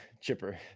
Chipper